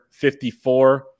54